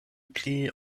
pli